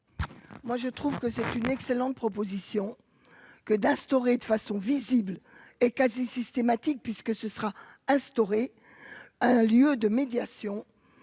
Moi je trouve que c'est une excellente proposition que d'instaurer de façon visible et quasi systématique puisque ce sera instauré un lieu de médiation